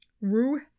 Rue